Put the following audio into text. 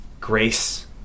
grace